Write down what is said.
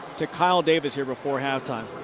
to kind of david here before halftime.